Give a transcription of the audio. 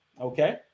Okay